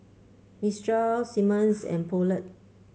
Mistral Simmons and Poulet